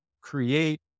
create